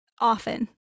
often